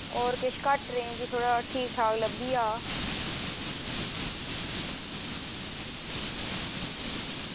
होर किश घट्ट रेंज़ बिच किश घट्ट लब्भी जा